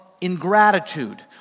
ingratitude